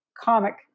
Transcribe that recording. comic